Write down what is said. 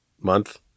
month